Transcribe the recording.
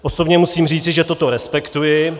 Osobně musím říci, že toto respektuji.